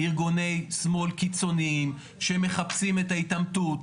ארגוני שמאל קיצוניים שמחפשים את ההתעמתות,